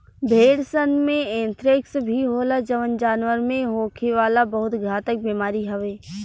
भेड़सन में एंथ्रेक्स भी होला जवन जानवर में होखे वाला बहुत घातक बेमारी हवे